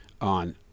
on